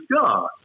God